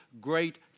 great